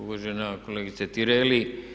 Uvažena kolegice Tireli.